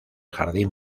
jardín